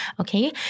Okay